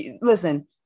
Listen